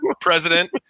president